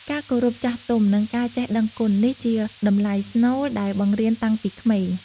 ការគោរពចាស់ទុំ និងការចេះដឹងគុណ នេះជាតម្លៃស្នូលដែលបង្រៀនតាំងពីក្មេង។